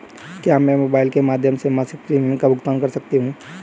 क्या मैं मोबाइल के माध्यम से मासिक प्रिमियम का भुगतान कर सकती हूँ?